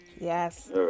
Yes